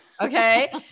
Okay